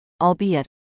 albeit